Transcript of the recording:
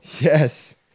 Yes